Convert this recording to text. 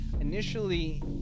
initially